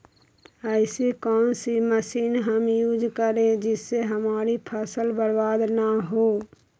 ऐसी कौन सी मशीन हम यूज करें जिससे हमारी फसल बर्बाद ना हो?